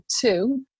two